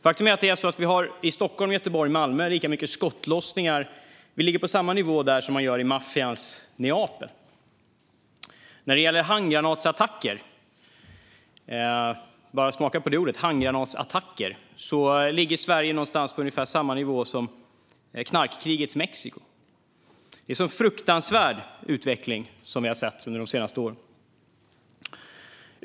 Faktum är att vi i Stockholm, Göteborg och Malmö har lika mycket skottlossningar som i maffians Neapel. När det gäller handgranatsattacker - smaka på det ordet - ligger Sverige på samma nivå som knarkkrigets Mexiko. Det är en fruktansvärd utveckling som vi har sett under de senaste åren.